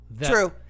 True